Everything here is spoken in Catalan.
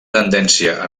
tendència